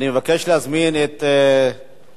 אני מבקש להזמין את ידידנו,